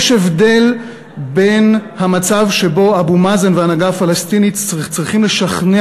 יש הבדל בין המצב שבו אבו מאזן וההנהגה הפלסטינית צריכים לשכנע